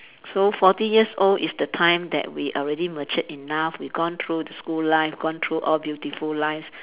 so forty years old is the time that we are already mature enough we gone through school life gone through all beautiful lives